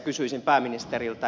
kysyisin pääministeriltä